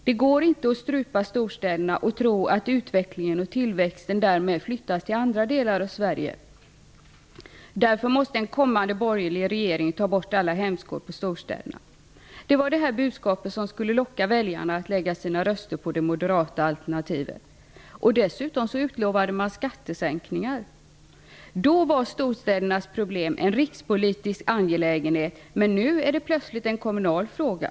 Det går inte att strypa storstäderna och tro att utvecklingen och tillväxten därmed flyttas till andra delar av Sverige. Därför måste en kommande borgerlig regering ta bort alla hämskor på storstäderna. Detta var det budskap som skulle locka väljarna att lägga sina röster på det moderata alternativet. Dessutom utlovade man skattesänkningar. Då var storstädernas problem en rikspolitisk angelägenhet, men nu är det plötsligt en kommunal fråga.